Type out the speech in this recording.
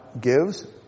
gives